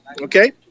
okay